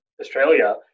Australia